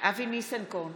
אבי ניסנקורן,